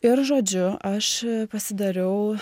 ir žodžiu aš pasidariau